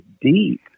deep